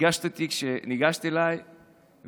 ריגשת אותי כשניגשת אליי וביקשת